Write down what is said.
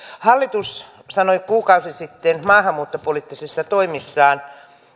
hallitus sanoi kuukausi sitten maahanmuuttopoliittisissa toimissaan